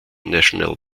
national